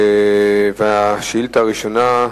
השאילתא הראשונה,